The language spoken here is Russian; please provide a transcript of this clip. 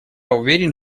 уверен